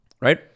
right